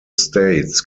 states